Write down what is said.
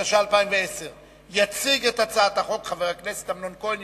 התש"ע 2010. יציג את הצעת החוק חבר הכנסת אמנון כהן,